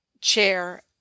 chair